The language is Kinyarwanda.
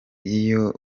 iyo